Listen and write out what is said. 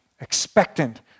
expectant